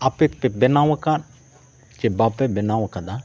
ᱟᱯᱮ ᱯᱮ ᱵᱮᱱᱟᱣ ᱟᱠᱟᱫ ᱥᱮ ᱵᱟᱯᱮ ᱵᱮᱱᱟᱣ ᱠᱟᱫᱟ